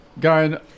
guy